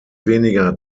weniger